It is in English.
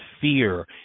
fear